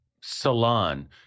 salon